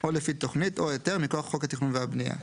או לפי תוכנית או היתר מכוח חוק התכנון והבנייה.